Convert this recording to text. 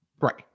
right